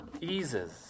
eases